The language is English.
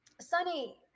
Sunny